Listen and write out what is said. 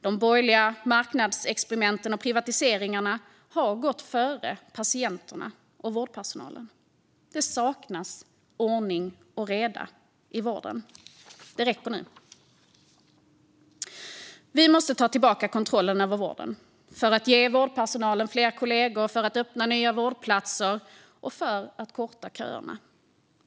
De borgerliga marknadsexperimenten och privatiseringarna har gått före patienterna och vårdpersonalen. Det saknas ordning och reda i vården. Det räcker nu! Vi måste ta tillbaka kontrollen över vården för att ge vårdpersonalen fler kollegor, öppna nya vårdplatser och korta köerna.